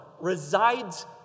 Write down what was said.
resides